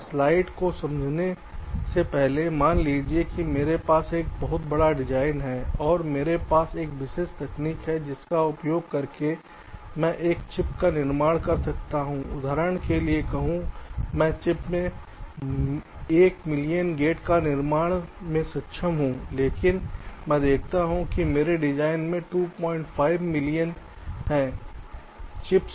slide को समझाने से पहले मान लीजिए कि मेरे पास एक बहुत बड़ा डिज़ाइन है और मेरे पास एक विशेष तकनीक है जिसका उपयोग करके मैं एक चिप का निर्माण कर सकता हूं उदाहरण के लिए कहूं मैं चिप में 1 मिलियन गेट का निर्माण में सक्षम हूं लेकिन मैं देखता हूं कि मेरे डिजाइन में 25 मिलियन हैं चिप्स